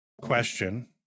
question